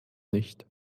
nicht